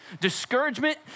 Discouragement